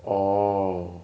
orh